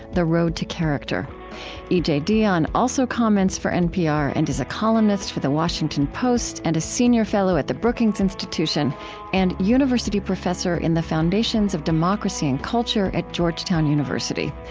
the road to character e j. dionne also comments for npr and is a columnist for the washington post, and a senior fellow at the brookings institution and university professor in the foundations of democracy and culture at georgetown university.